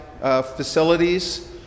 facilities